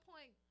point